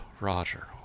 Roger